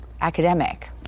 academic